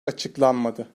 açıklanmadı